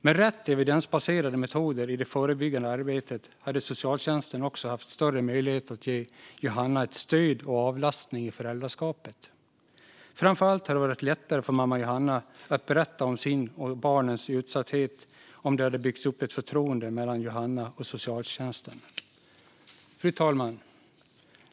Med rätt evidensbaserade metoder i det förebyggande arbetet hade socialtjänsten också haft större möjlighet att ge Johanna stöd och avlastning i föräldraskapet. Framför allt hade det varit lättare för mamma Johanna att berätta om sin och barnens utsatthet om det hade byggts upp ett förtroende mellan Johanna och socialtjänsten. Fru talman!